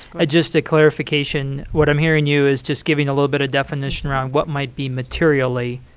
ah just a clarification. what i'm hearing you is just giving a little bit of definition around what might be materially